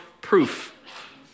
proof